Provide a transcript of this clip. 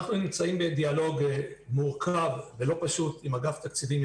אנחנו נמצאים בדיאלוג מורכב ולא פשוט עם אגף התקציבים,